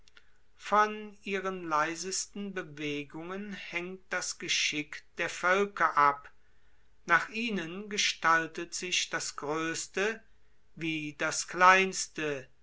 von ihren leisesten bewegungen hängt das geschick der völker ab nach ihnen gestaltet sich das größte wie das kleinste